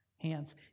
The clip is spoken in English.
hands